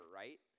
right